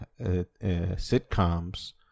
sitcoms